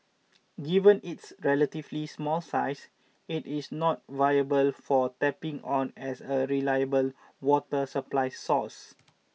given its relatively small size it is not viable for tapping on as a reliable water supply source